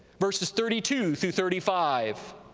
verses thirty two through thirty five,